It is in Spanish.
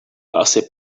hace